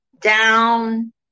down